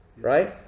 Right